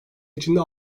içinde